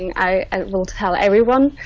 i will tell everyone